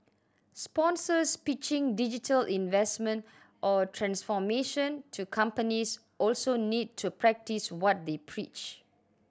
sponsors pitching digital investment or transformation to companies also need to practice what they preach